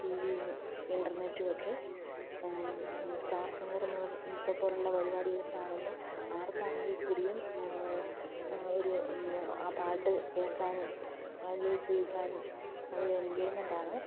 T വിയും ഇന്റര്നെറ്റുമൊക്കെ star singer മുതല് ഇപ്പപ്പോലുള്ള പരിപാടിയിൽ കാണുമ്പം ആര്ക്കാണെങ്കില് കൂടിയും ഒരു ആ പാട്ടു കേള്ക്കാനും അത് ലയിച്ചിരിക്കാനും അതൊരു എഞ്ചോയ്മെന്റാണ്